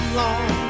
long